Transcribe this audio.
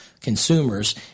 consumers